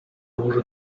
morzu